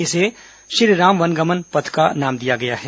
इसे श्रीराम वनगमन पथ का नाम दिया गया है